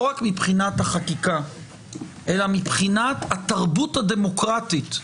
לא רק מבחינת החקיקה אלא מבחינת התרבות הדמוקרטית.